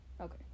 Okay